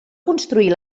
construir